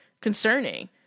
concerning